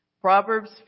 Proverbs